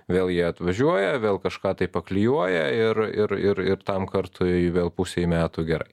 vėl jie atvažiuoja vėl kažką tai paklijuoja ir ir ir ir tam kartui vėl pusei metų gerai